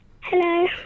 Hello